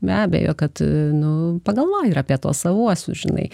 be abejo kad nu pagalvoji ir apie tuos savuosius žinai